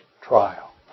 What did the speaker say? trial